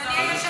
מאה אחוז.